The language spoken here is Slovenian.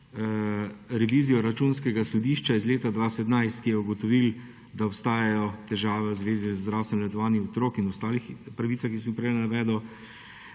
revizijo Računskega sodišča iz leta 2017, ki je ugotovila, da obstajajo težave v zvezi z zdravstvenim letovanjem otrok in ostalimi pravicami, ki sem jih prej navedel.